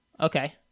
Okay